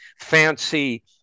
fancy